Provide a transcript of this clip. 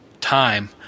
time